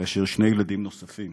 כאשר שני ילדים נוספים